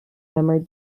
member